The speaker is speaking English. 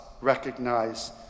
recognize